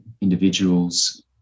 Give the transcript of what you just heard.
individuals